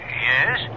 yes